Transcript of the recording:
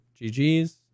GGS